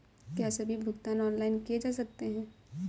क्या सभी भुगतान ऑनलाइन किए जा सकते हैं?